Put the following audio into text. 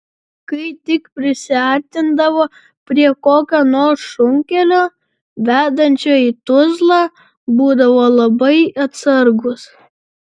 kai tik prisiartindavo prie kokio nors šunkelio vedančio į tuzlą būdavo labai atsargūs